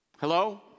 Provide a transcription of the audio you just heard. Hello